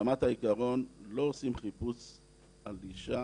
ברמת העיקרון, לא עושים חיפוש על אישה,